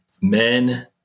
men